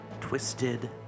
Twisted